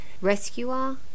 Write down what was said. Rescuer